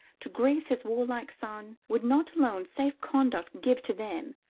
to grace his warlike son, would not alone safe conduct give to them,